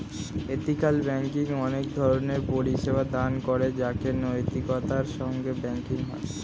ethical banking অনেক ধরণের পরিষেবা দান করে যাতে নৈতিকতার সঙ্গে ব্যাঙ্কিং হয়